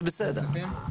זה בסדר.